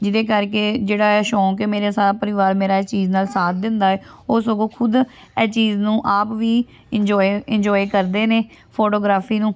ਜਿਹਦੇ ਕਰਕੇ ਜਿਹੜਾ ਸ਼ੌਕ ਹੈ ਮੇਰਾ ਸਾਰਾ ਪਰਿਵਾਰ ਮੇਰਾ ਇਸ ਚੀਜ਼ ਨਾਲ ਸਾਥ ਦਿੰਦਾ ਹੈ ਉਹ ਸਗੋਂ ਖੁਦ ਇਹ ਚੀਜ਼ ਨੂੰ ਆਪ ਵੀ ਇੰਜੋਏ ਇੰਜੋਏ ਕਰਦੇ ਨੇ ਫੋਟੋਗ੍ਰਾਫੀ ਨੂੰ